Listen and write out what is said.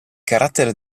carattere